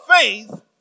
faith